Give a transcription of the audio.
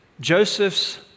Joseph's